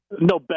No